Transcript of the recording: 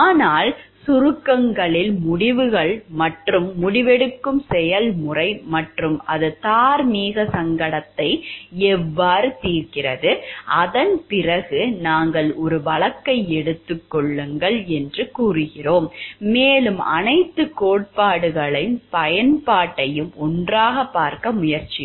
ஆனால் சுருக்கங்களில் முடிவுகள் மற்றும் முடிவெடுக்கும் செயல்முறை மற்றும் அது தார்மீக சங்கடத்தை எவ்வாறு தீர்க்கிறது அதன் பிறகு நாங்கள் ஒரு வழக்கை எடுத்துக் கொள்ளுங்கள் மேலும் அனைத்து கோட்பாடுகளின் பயன்பாட்டையும் ஒன்றாகப் பார்க்க முயற்சிப்போம்